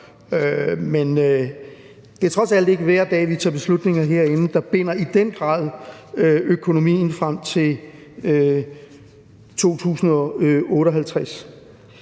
men det er trods alt ikke hver dag, vi tager beslutninger herinde, der i den grad binder økonomien frem til 2058.